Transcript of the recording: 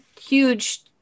huge